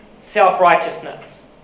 self-righteousness